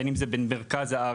בין אם זה במרכז הארץ